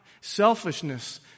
Selfishness